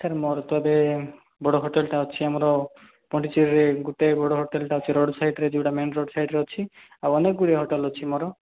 sir ମୋର ତ ଏବେ ବଡ଼ ହୋଟେଲ୍ଟେ ଅଛି ଆମର ପଣ୍ଡିଚେରୀରେ ଗୋଟେ ବଡ଼ ହୋଟେଲ୍ଟେ ଅଛି ରୋଡ୍ ସାଇଡ୍ରେ ଯୋଉଟା ମେନ୍ ରୋଡ୍ରେ ଅଛି ଆଉ ଅନେକ ଗୁଡ଼ିଏ ହୋଟେଲ୍ ଅଛି ମୋର